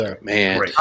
Man